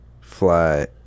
fly